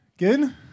Good